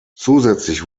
zusätzlich